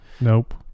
Nope